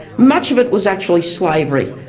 much of it was actually slavery.